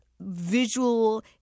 visual